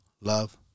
love